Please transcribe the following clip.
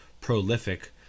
prolific